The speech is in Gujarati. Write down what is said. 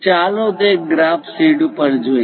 ચાલો તે ગ્રાફ શીટ પર જોઈએ